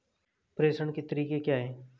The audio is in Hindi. प्रेषण के तरीके क्या हैं?